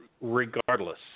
regardless